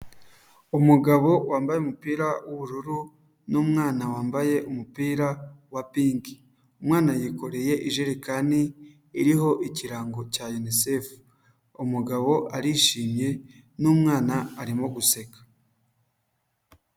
Umugabo wambaye umupira w'ubururu n'umwana wambaye umupira wa pinki, umwana yikoreye ijerekani iriho ikirango cya UNICEF, umugabo arishimye n'umwana arimo guseka.